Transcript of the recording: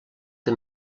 que